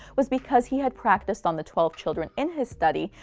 was because he had practiced on the twelve children in his study,